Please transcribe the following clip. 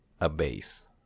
abase